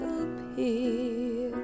appear